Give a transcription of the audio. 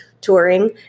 touring